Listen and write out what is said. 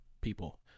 people